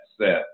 set